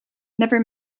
never